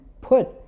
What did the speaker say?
put